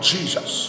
Jesus